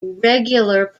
regular